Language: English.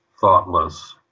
thoughtless